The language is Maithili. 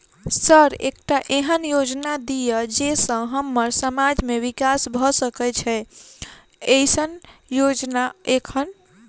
सर एकटा एहन योजना दिय जै सऽ हम्मर समाज मे विकास भऽ सकै छैय एईसन योजना एखन?